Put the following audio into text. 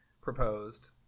proposed